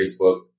Facebook